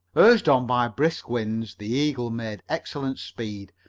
urged on by brisk winds the eagle made excellent speed,